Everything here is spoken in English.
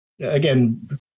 Again